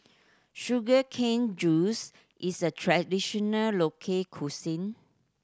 sugar cane juice is a traditional local cuisine